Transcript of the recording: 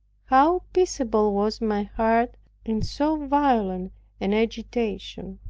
how peaceable was my heart in so violent an agitation!